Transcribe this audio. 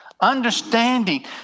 understanding